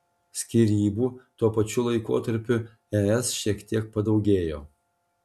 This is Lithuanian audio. skyrybų tuo pačiu laikotarpiu es šiek tiek padaugėjo